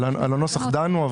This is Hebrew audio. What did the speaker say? על הנוסח דנו,